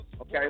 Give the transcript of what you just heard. Okay